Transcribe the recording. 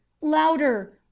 louder